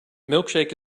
milkshake